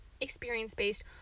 experience-based